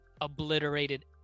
Obliterated